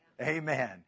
Amen